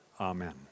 Amen